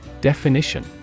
Definition